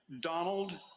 Donald